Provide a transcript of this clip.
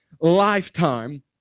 lifetime